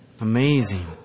Amazing